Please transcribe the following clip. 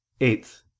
eighth